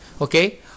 Okay